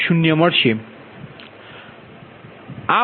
તેથી બધા પગલાં બતાવવામાં આવ્યા છે